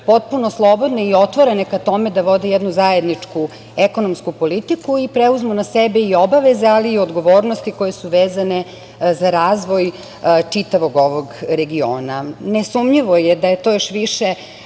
potpuno slobodne i otvorene ka tome da vode jednu zajedničku ekonomsku politiku i preuzmu na sebe i obaveze, ali i odgovornosti koje su vezane za razvoj čitavog ovog regiona. Nesumnjivo je da to još više